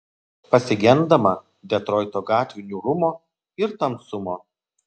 pasigendama detroito gatvių niūrumo ir tamsumo